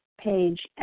page